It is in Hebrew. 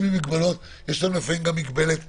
עם מוגבלויות יש לפעמים מגבלת עומס.